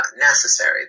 Necessary